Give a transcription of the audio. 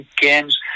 games